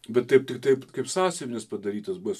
bet taip tik taip kaip sąsiuvinis padarytas buvęs